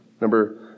Number